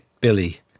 Billy